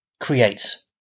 Creates